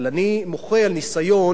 אבל אני מוחה על ניסיון,